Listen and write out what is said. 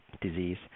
disease